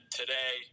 today